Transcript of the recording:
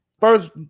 First